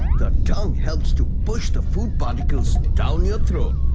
the tongue helps to push the food particles down your throat.